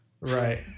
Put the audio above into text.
Right